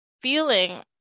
feeling